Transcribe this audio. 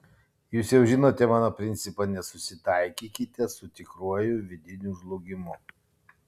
jūs jau žinote mano principą nesusitaikykite su tikruoju vidiniu žlugimu